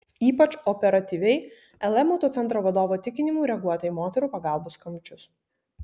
ypač operatyviai lm autocentro vadovo tikinimu reaguota į moterų pagalbos skambučius